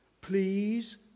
Please